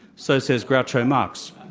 so says groucho marx.